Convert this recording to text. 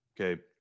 Okay